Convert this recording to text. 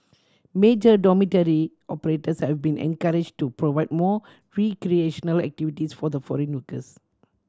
major dormitory operators have been encourage to provide more recreational activities for the foreign workers